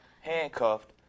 handcuffed